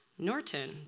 Norton